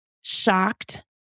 shocked